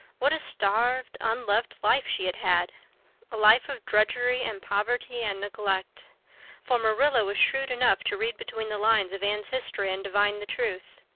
what a starved, unloved life she had had a life of drudgery and poverty and neglect for marilla was shrewd enough to read between the lines of anne's history and divine the truth.